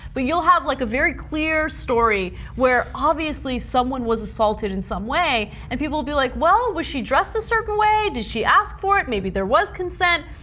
but you'll have like a very clear story where obviously someone was assaulted in some way. and people will be like, well, was she dressed a certain way? did she ask for it? maybe there was consent.